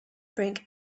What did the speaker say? bring